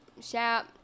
Shout